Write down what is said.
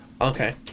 Okay